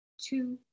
two